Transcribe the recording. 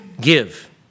Give